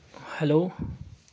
hello